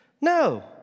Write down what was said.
No